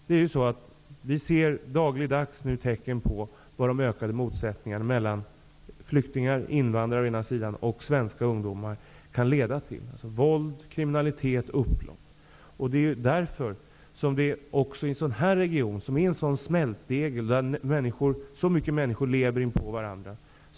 Vi ser nu dagligen tecken på vad de ökade motsättningarna mellan å ena sidan flyktingar och invandrare och å andra sidan svenska ungdomar kan leda till -- våld, kriminalitet, upplopp. Därför är vi tvungna att vidta åtgäder i en region som utgör en smältdegel där så många människor lever inpå varandra.